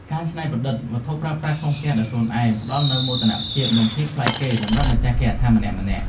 ការច្នៃប្រឌិតវត្ថុប្រើប្រាស់ក្នុងផ្ទះដោយខ្លួនឯងផ្ដល់នូវមោទនភាព និង ភាពប្លែកគេសម្រាប់ម្ចាស់គេហដ្ឋានម្នាក់ៗ។